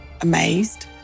amazed